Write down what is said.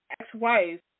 ex-wife